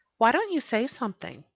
why don't you say something?